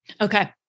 Okay